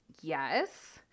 yes